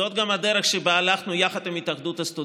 זאת גם הדרך שבה הלכנו יחד עם התאחדות הסטודנטים,